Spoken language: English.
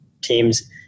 teams